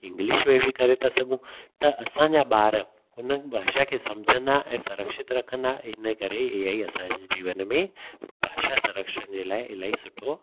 English में बि करे था सघूं त असांजा ॿार हुननि भाषा खे सम्झंदा ऐं संरक्षित रखंदा इन करे ऐ आई असांखे जीवन में भाषा संरक्षित जे लाइ इलाही सुठो आहे